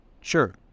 Sure